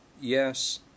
yes